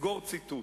סגור ציטוט,